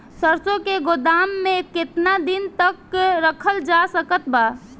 सरसों के गोदाम में केतना दिन तक रखल जा सकत बा?